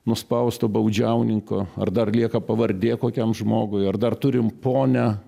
nuspausto baudžiauninko ar dar lieka pavardė kokiam žmogui ar dar turim ponią